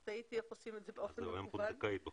אלה ההורים הביולוגיים של אותו ילד.